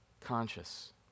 conscious